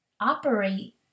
operate